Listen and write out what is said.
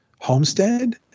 homestead